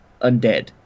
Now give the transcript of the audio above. undead